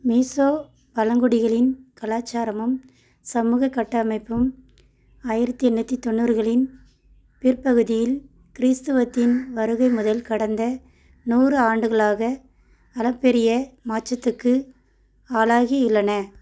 மிசோ பழங்குடிகளின் கலாச்சாரமும் சமூகக் கட்டமைப்பும் ஆயிரத்தி எண்ணூற்றி தொண்ணூறுகளின் பிற்பகுதியில் கிறிஸ்துவத்தின் வருகை முதல் கடந்த நூறு ஆண்டுகளாக அளப்பெரிய மாற்றத்துக்கு ஆளாகியுள்ளன